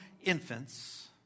infants